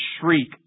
shriek